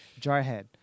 Jarhead